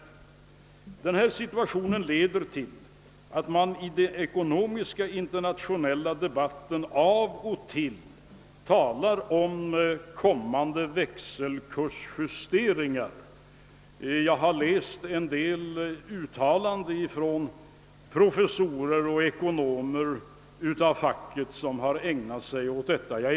Denna situation leder till att man i den ekonomiska internationella debatten av och till talar om kommande växelkursjusteringar. Jag har läst en del uttalanden av professorer och ekonomer av facket som ägnat sig åt dessa frågor.